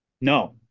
No